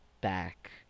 back